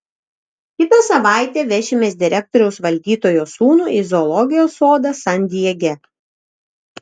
kitą savaitę vešimės direktoriaus valdytojo sūnų į zoologijos sodą san diege